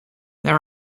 there